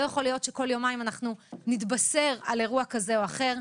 לא יכול להיות שכל יומיים אנחנו נתבשר על אירוע כזה או אחר.